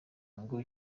ngo